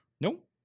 Nope